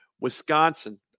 Wisconsin